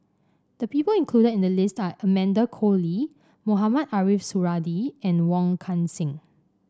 the people included in the list are Amanda Koe Lee Mohamed Ariff Suradi and Wong Kan Seng